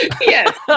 Yes